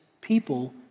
people